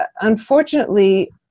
unfortunately